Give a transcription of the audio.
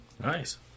Nice